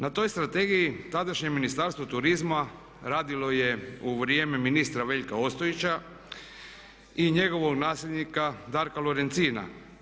Na toj strategiji tadašnje Ministarstvo turizma radilo je u vrijeme ministra Veljka Ostojića i njegovog nasljednika Darka Lorencina.